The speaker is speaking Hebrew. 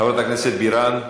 חברת הכנסת בירן,